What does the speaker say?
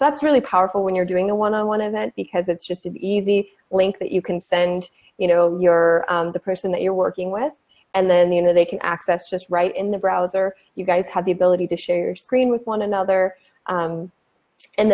that's really powerful when you're doing a one on one event because it's just an easy link that you can send you know you're the person that you're working with and then you know they can access just right in the browser you guys have the ability to share screen with one another